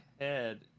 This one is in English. head